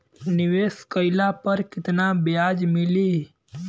निवेश काइला पर कितना ब्याज मिली?